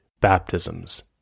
baptisms